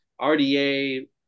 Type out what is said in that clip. RDA